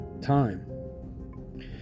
time